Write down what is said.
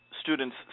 students